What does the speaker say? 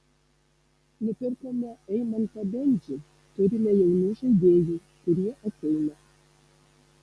nupirkome eimantą bendžių turime jaunų žaidėjų kurie ateina